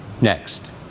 Next